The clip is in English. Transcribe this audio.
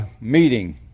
meeting